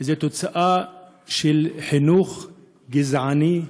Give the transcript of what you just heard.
הוא תוצאה של חינוך גזעני,